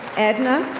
edna.